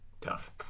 tough